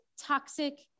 toxic